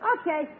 Okay